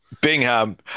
Bingham